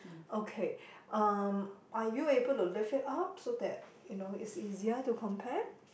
okay um are you able to lift it up so that you know it's easier to compare